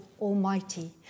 Almighty